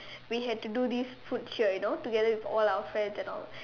we had to do this food cheer you know together with all our friends and all